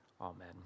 Amen